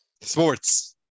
sports